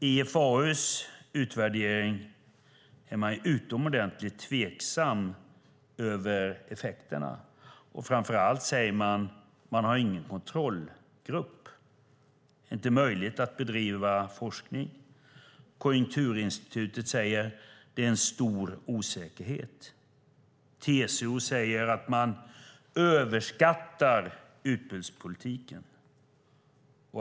I IFAU:s utvärdering är man utomordentligt tveksam när det gäller effekterna, och framför allt, säger man, har man ingen kontrollgrupp, så det är inte möjligt att bedriva forskning. Konjunkturinstitutet säger att det är stor osäkerhet. TCO säger att man överskattar utbudspolitiken.